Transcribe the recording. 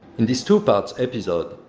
in this two parts episode,